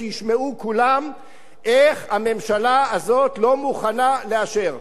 שישמעו כולם איך הממשלה הזאת לא מוכנה לאשר.